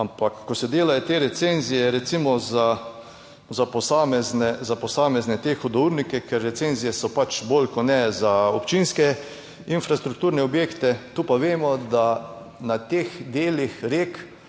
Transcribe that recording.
Ampak ko se delajo te recenzije recimo za posamezne, za posamezne te hudournike, ker recenzije so pač bolj kot ne za občinske infrastrukturne objekte, tu pa vemo, da na teh delih rek